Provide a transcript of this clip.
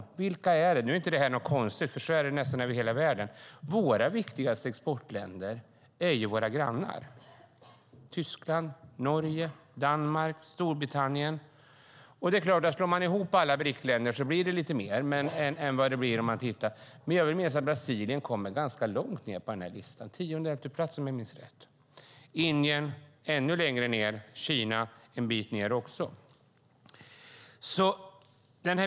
Våra viktigaste exportländer är - nu är detta inget konstigt; så är det nämligen över hela världen - våra grannar. Det är Tyskland, Norge, Danmark och Storbritannien. Det är klart att det om man slår ihop alla BRIC-länder blir lite mer, men jag vill mena att Brasilien kommer ganska långt ned på listan - på tionde eller elfte plats om jag minns rätt. Indien kommer ännu längre ned. Kina ligger en bit ned också.